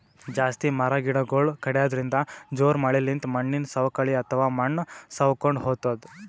ಜಾಸ್ತಿ ಮರ ಗಿಡಗೊಳ್ ಕಡ್ಯದ್ರಿನ್ದ, ಜೋರ್ ಮಳಿಲಿಂತ್ ಮಣ್ಣಿನ್ ಸವಕಳಿ ಅಥವಾ ಮಣ್ಣ್ ಸವಕೊಂಡ್ ಹೊತದ್